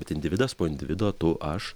bet individas po individo tu aš